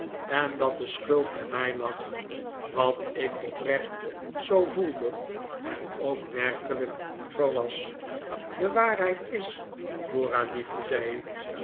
en dat de schuld bij mij lag wat ik oprecht zoo voelde en ook werkelijk zoo was de waarheid is dora liefje zei ik